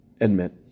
admit